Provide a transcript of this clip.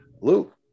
Luke